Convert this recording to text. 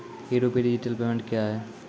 ई rupee digital payment क्या हैं?